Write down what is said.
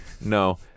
No